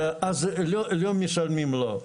אז לא משלמים לו.